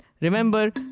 Remember